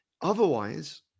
Otherwise